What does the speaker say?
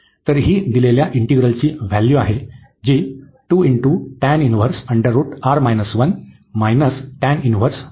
तर ही दिलेल्या इंटिग्रलची व्हॅल्यू आहे जे आहे